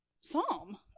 psalm